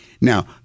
Now